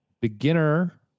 beginner